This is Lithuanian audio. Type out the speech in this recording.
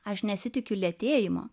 aš nesitikiu lėtėjimo